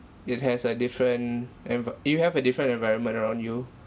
it has a different envi~ you have a different environment around you